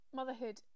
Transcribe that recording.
motherhood